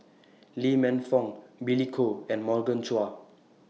Lee Man Fong Billy Koh and Morgan Chua